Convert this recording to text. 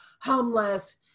homeless